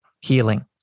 healing